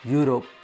Europe